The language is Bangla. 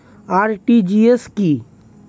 আর.টি.জি.এস কি?